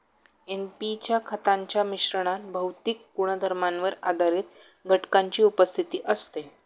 NP च्या खतांच्या मिश्रणात भौतिक गुणधर्मांवर आधारित घटकांची उपस्थिती असते